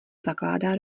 zakládá